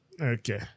Okay